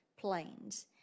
planes